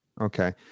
okay